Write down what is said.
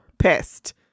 pissed